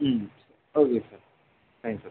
ம் okay sir thanks sir